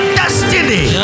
destiny